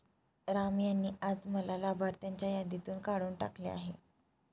राम यांनी आज मला लाभार्थ्यांच्या यादीतून काढून टाकले आहे